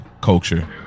culture